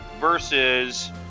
versus